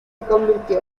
convirtió